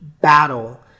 battle